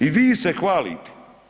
I vi se hvalite.